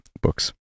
books